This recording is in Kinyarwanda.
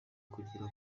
kugera